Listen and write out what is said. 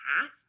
path